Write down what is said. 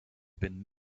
bin